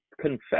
confess